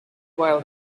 while